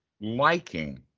liking